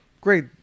great